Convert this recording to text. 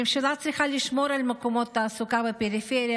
הממשלה צריכה לשמור על מקומות תעסוקה בפריפריה